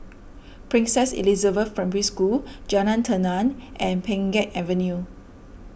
Princess Elizabeth Primary School Jalan Tenang and Pheng Geck Avenue